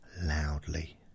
loudly